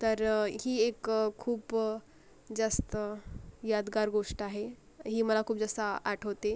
तर ही एक खूप जास्त यादगार गोष्ट आहे ही मला खूप जास्त आठवते